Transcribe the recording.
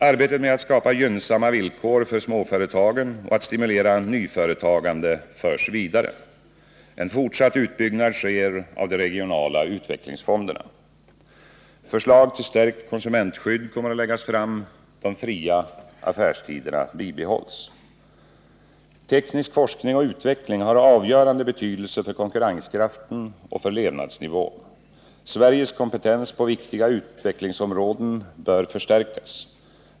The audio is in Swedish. Arbetet med att skapa gynnsamma villkor för småföretagen och att stimulera nyföretagande förs vidare. En fortsatt utbyggnad sker av de regionala utvecklingsfonderna. Förslag till stärkt konsumentskydd kommer att läggas fram. De fria affärstiderna bibehålls. Teknisk forskning och utveckling har avgörande betydelse för konkurrenskraften och för levnadsnivån. Sveriges kompetens på viktiga utvecklingsom råden bör förstärkas.